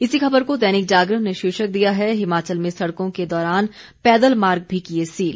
इसी खबर को दैनिक जागरण ने शीर्षक दिया है हिमाचल में सड़कों के बाद पैदल मार्ग भी किए सील